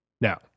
Now